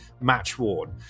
match-worn